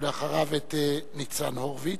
ואחריו, את ניצן הורוביץ.